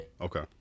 Okay